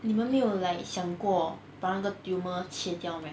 你们没有 like 想过把那个 tumor 切掉 meh